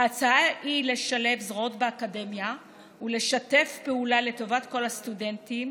ההצעה היא לשלב זרועות באקדמיה ולשתף פעולה לטובת כל הסטודנטים